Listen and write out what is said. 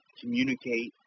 Communicate